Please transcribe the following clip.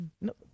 No